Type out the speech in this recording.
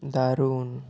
দারুণ